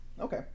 Okay